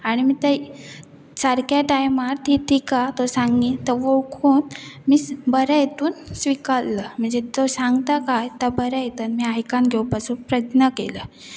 आनी ते सारक्या टायमार ती तिका तो सांगी तो वळखून मी बऱ्या हितून स्विकल्लो म्हणजे तो सांगता काय तो बऱ्या हितूनी आयकान घेवपाचो प्रयत्न केला